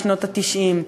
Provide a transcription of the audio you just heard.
משנות ה-90.